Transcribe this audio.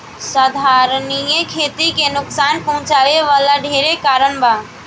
संधारनीय खेती के नुकसान पहुँचावे वाला ढेरे कारण बा